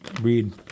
read